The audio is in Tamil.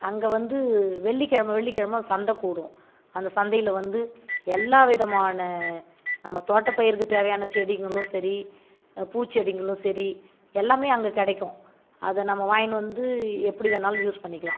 அங்கே வந்து வெள்ளி கிழம வெள்ளி கிழம சந்தை கூடும் அந்த சந்தையில் வந்து எல்லா விதமான நம்ம தோட்ட பயிறுக்கு தேவையான செடிங்களும் சரி பூச்செடிங்களும் சரி எல்லாமே அங்கே கிடைக்கும் அதை நம்ம வாங்ன்னு வந்து எப்படி வேணாலும் யூஸ் பண்ணிக்கலாம்